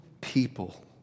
people